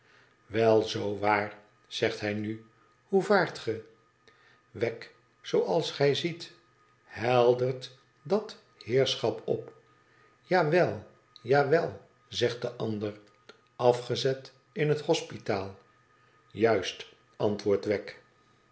zoo waar zegt hij nu ihoe vaart ge wegg zooals gij ziet heldert dat heerschap op ja wel ja wel zegt de ander afgezet in het hospitaal ijmst antwoordt wegg